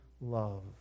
love